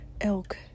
elk